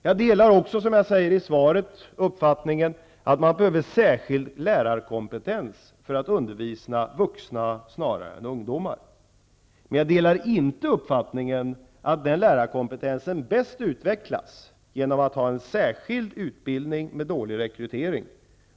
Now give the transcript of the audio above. Jag delar också uppfattningen -- som jag säger i svaret -- att det behövs särskild lärarkompetens snarare för undervisning av vuxna än för undervisning av ungdomar. Men jag delar inte uppfattningen att den lärarkompetensen bäst utvecklas genom att vi har en särskild utbildning med dålig rekrytering.